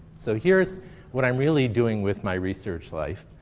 so here is what i'm really doing with my research life.